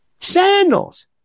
sandals